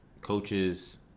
coaches